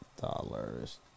dollars